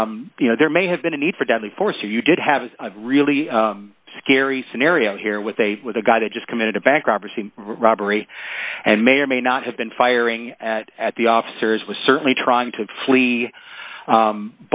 you know there may have been a need for deadly force so you did have a really scary scenario here with a with a guy that just committed a bank robbery seen robbery and may or may not have been firing at at the officers was certainly trying to